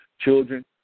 children